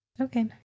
Okay